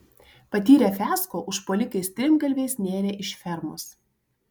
patyrę fiasko užpuolikai strimgalviais nėrė iš fermos